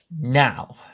now